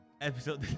episode